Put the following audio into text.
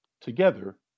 Together